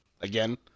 Again